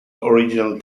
original